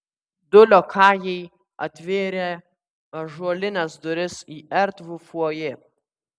du liokajai atvėrė ąžuolines duris į erdvų fojė